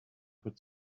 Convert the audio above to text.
could